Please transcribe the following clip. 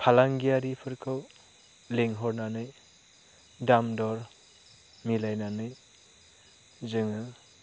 फालांगियारिफोरखौ लेंहरनानै दामदर मिलायनानै जोङो